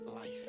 life